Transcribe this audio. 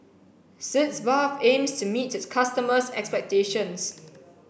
sitz bath aims to meet its customers' expectations